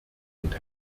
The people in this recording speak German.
und